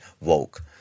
woke